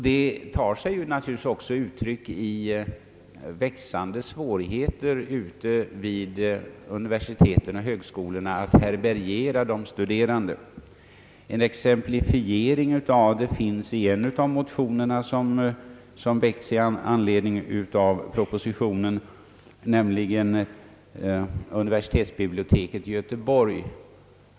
Detta tar sig uttryck i växande svårigheter vid universiteten och högskolorna att härbärgera de studerande. En exemplifiering av detta finns i en av de motioner, som väckts i anledning av propositionen, nämligen om universitetsbiblioteket i Göteborg.